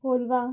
Colva